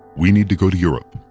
we need to go to europe.